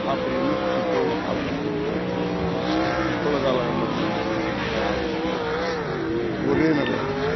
அப்படினு இப்போ உள்ள கலக்கட்டத்தில் போயிவிட்டு இருக்குதுங்க இப்போ உள்ள காலக்கட்டம் வந்து என்னான்னா லாரியில நாலு நடை ஒரே நடையில வந்துறது